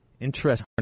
interest